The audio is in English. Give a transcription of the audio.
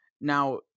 Now